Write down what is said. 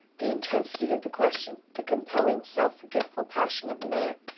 the intensity of the question, the compelling, self-forgetful passion of the man,